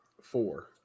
Four